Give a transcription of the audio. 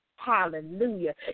Hallelujah